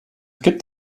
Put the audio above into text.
gibt